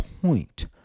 point